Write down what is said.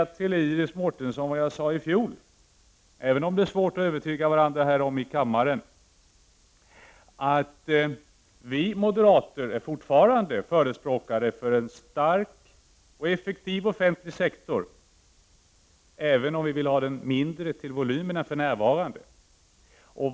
Jag vill, liksom jag gjorde i fjol, till Iris Mårtensson — även om det är svårt att övertyga varandra här i kammaren — säga att vi moderater fortfarande är förespråkare av en stark och effektiv offentlig sektor, om även mindre till volymen än för närvarande.